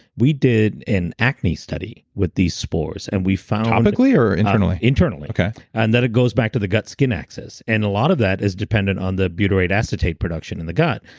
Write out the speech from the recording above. we did an acne study with these spores and we found. topically or internally? internally okay and that it goes back to the gut skin axis, and a lot of that is dependent on the butyrate acetate production in the gut.